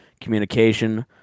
communication